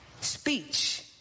Speech